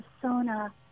persona